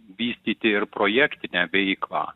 vystyti ir projektinę veiklą